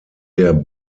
der